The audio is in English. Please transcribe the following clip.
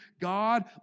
God